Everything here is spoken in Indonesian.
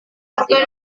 organ